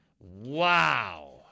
wow